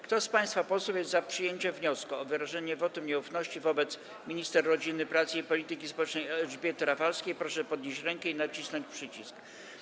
Kto z państwa posłów jest za przyjęciem wniosku o wyrażenie wotum nieufności wobec minister rodziny, pracy i polityki społecznej Elżbiety Rafalskiej, proszę podnieść rękę i nacisnąć przycisk.